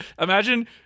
imagine